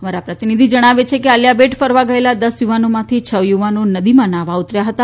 અમારા પ્રતિનિધિ જણાવે છે કે આલીયાબેટ ફરવા ગયેલા દસ યુવાનોમાંથી છ યુવાનો નદીમાં ન્હાવા ઉતર્યા હતા